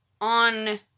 on